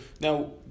now